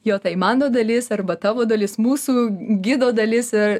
jo tai mano dalis arba tavo dalis mūsų gido dalis ir